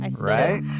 right